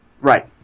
Right